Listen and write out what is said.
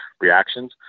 reactions